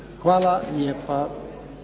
Hvala